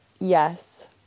Yes